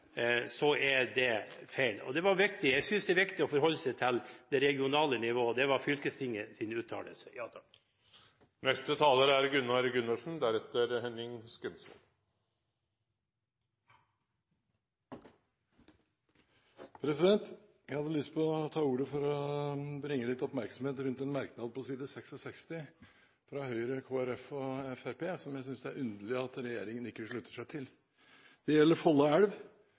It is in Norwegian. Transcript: Så når man framstiller disse tingene som om man ikke ønsker aktivitet der oppe, er det feil. Jeg synes det er viktig å forholde seg til det regionale nivået – det var altså fylkestingets uttalelse jeg refererte tidligere. Jeg hadde lyst til å ta ordet for å bringe litt oppmerksomhet rundt en merknad på side 66 i innstillingen fra Høyre, Kristelig Folkeparti og Fremskrittspartiet, som jeg synes det er underlig at regjeringen ikke slutter seg til. Det gjelder Folla elv.